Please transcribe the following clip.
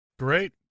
Great